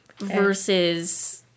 versus